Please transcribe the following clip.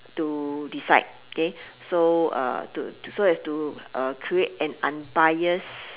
to decide okay so uh to so as to uh create an unbiased